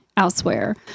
elsewhere